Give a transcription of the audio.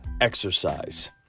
exercise